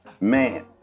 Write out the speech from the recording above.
Man